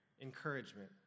encouragement